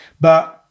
But-